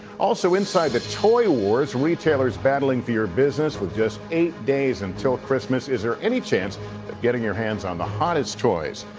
also inside the toy wars. retailers battling for your business with just eight days until christmas. is there any chance of getting your hands on the hottest toys?